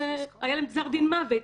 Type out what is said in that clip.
היה להם גזר דין מוות.